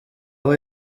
aho